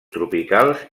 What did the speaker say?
tropicals